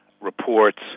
reports